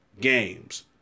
games